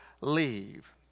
leave